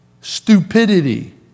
stupidity